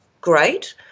great